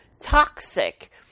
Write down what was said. toxic